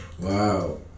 Wow